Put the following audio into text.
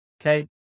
Okay